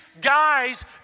guys